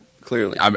clearly